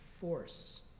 force